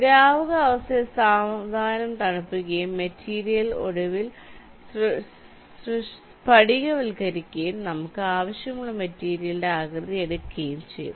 ദ്രാവകാവസ്ഥയെ സാവധാനം തണുപ്പിക്കുകയും മെറ്റീരിയൽ ഒടുവിൽ സ്ഫടികവൽക്കരിക്കപ്പെടുകയും നമുക്ക് ആവശ്യമുള്ള മെറ്റീരിയലിന്റെ ആകൃതി എടുക്കുകയും ചെയ്യും